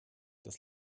des